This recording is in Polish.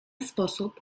sposób